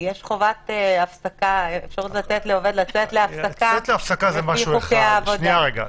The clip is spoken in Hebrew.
יש אפשרות לתת לעובד לצאת להפסקה לפי חוקי העבודה.